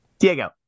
Diego